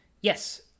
Yes